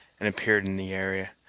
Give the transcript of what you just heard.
and appeared in the area.